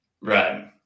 Right